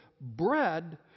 bread